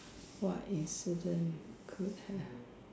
what incident could have